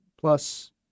plus